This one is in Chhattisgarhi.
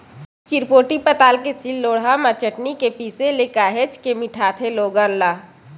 चिरपोटी पताल के सील लोड़हा म चटनी के पिसे ले काहेच के मिठाथे लोगन ला